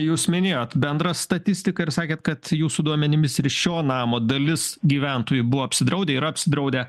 jūs minėjot bendrą statistiką ir sakėt kad jūsų duomenimis šio namo dalis gyventojų buvo apsidraudę yra apsidraudę